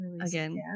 again